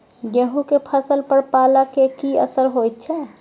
गेहूं के फसल पर पाला के की असर होयत छै?